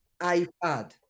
iPad